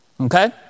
Okay